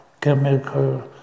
chemical